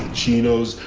chinos,